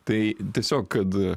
tai tiesiog kad